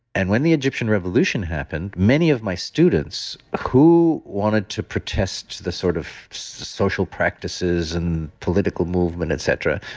and when the egyptian revolution happened, many of my students who wanted to protest the sort of social practices and political movement, et cetera,